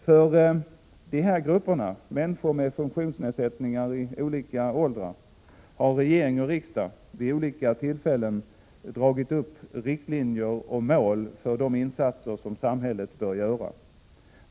För de här grupperna — alltså människor i olika åldrar med funktionsnedsättningar — har regering och riksdag vid olika tillfällen dragit upp riktlinjer och satt upp mål i vad gäller de insatser som samhället bör göra.